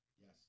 Yes